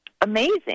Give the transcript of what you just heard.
amazing